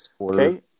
okay